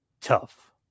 Tough